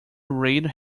read